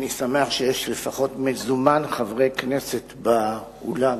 אני שמח שיש לפחות "מזומן" חברי כנסת באולם,